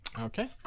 Okay